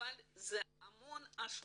אבל זה המון השקעה.